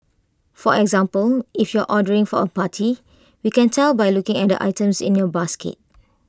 for example if you're ordering for A party we can tell by looking at the items in your basket